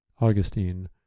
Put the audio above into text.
Augustine